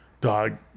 Dog